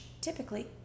typically